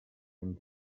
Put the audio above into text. cent